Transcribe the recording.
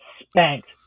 spanked